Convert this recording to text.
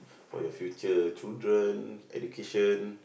for your future children education